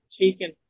taken